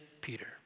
Peter